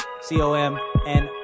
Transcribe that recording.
C-O-M-N